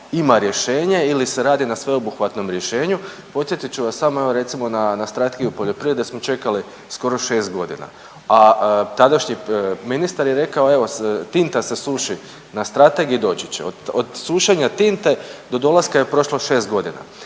ima rješenje ili se radi na sveobuhvatnom rješenju. Podsjetit ću vas samo evo recimo na Strategiju poljoprivredne smo čekali skoro 6 godina, a tadašnji ministar je rekao evo tinta se suši na strategiji doći će. Od sušenja tinte do dolaska je prošlo 6 godina.